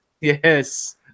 Yes